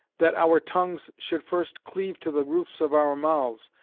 that our tongues should first cleave to the roofs of our mouths,